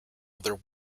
other